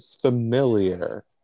familiar